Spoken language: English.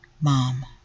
Mom